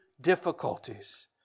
difficulties